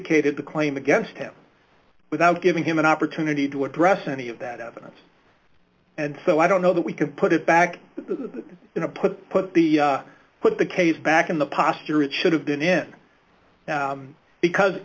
cated the claim against him without giving him an opportunity to address any of that evidence and so i don't know that we can put it back to in a put put the put the cave back in the posture it should have been in because